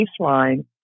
baseline